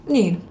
Niin